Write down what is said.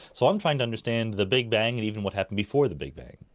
so i'm trying to understand the big bang and even what happened before the big bang.